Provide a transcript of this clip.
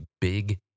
big